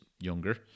younger